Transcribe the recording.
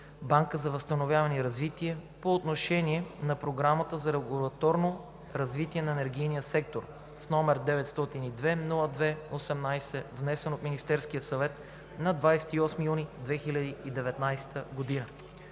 банка за възстановяване и развитие по отношение на Програмата за регулаторно развитие на енергийния сектор, № 902-02-18, внесен от Министерския съвет на 28 юни 2019 г.“